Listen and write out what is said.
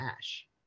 ash